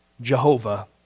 Jehovah